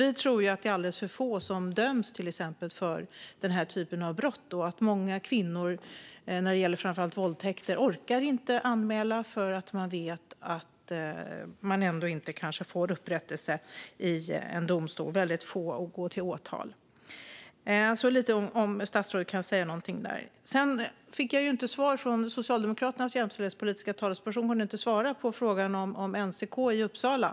Vi tror till exempel att alldeles för få döms för brott som dessa. När det gäller framför allt våldtäkter orkar många kvinnor inte anmäla eftersom de vet att de kanske ändå inte får upprättelse i en domstol. Väldigt få anmälningar går till åtal. Kan statsrådet säga något om detta? Jag fick inte svar från Socialdemokraternas jämställdhetspolitiska talesperson på frågan om NCK i Uppsala.